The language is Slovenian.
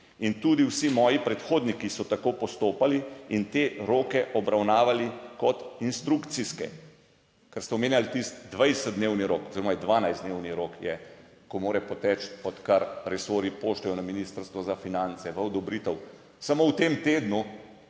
in tudi vsi moji predhodniki so tako postopali in te roke obravnavali kot inštrukcijske, ker ste omenjali tisti 20-dnevni rok oziroma 12-dnevni rok je, ko mora poteči, odkar resorji pošljejo na Ministrstvo za finance v odobritev. **113. TRAK: